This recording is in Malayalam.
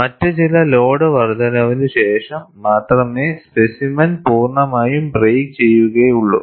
മറ്റ് ചില ലോഡ് വർദ്ധനവിന് ശേഷം മാത്രമേ സ്പെസിമെൻ പൂർണ്ണമായും ബ്രേക്ക് ചെയ്യുകയുള്ളൂ